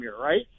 right